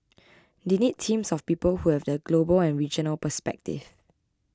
they need teams of people who have the global and regional perspective